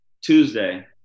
Tuesday